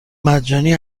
مجانی